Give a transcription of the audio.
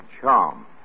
charm